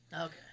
Okay